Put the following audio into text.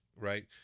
right